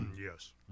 Yes